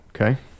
okay